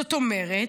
זאת אומרת,